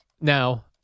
Now